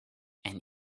and